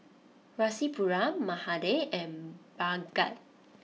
Rasipuram Mahade and Bhagat